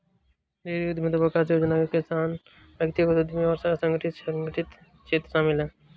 dairy उद्यमिता विकास योजना में किसान व्यक्तिगत उद्यमी और असंगठित संगठित क्षेत्र शामिल है